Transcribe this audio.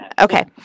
Okay